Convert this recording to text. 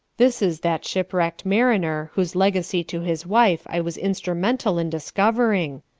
this is that shipwrecked mariner whose legacy to his wife i was instrumental in discovering!